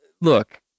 look